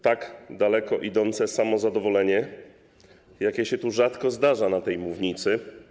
tak daleko idące samozadowolenie, jakie się tu rzadko zdarza na tej mównicy.